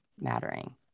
mattering